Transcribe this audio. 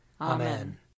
Amen